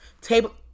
table